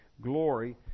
glory